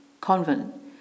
convent